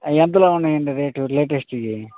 అవి ఎంతలో ఉన్నాయండి రేటు లేటెస్ట్వి